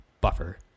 buffer